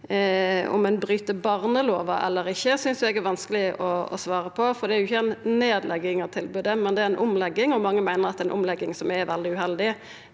om ein bryt barnelova eller ikkje, synest eg er vanskeleg å svara på, for det er jo ikkje ei nedlegging av tilbodet, men ei omlegging. Mange meiner at det er ei omlegging som er veldig uheldig,